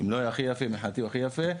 אם לא הכי יפה, מבחינתי הוא הכי יפה.